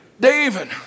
David